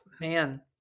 man